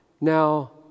Now